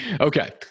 Okay